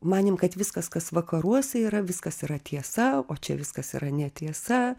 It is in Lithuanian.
manėm kad viskas kas vakaruose yra viskas yra tiesa o čia viskas yra netiesa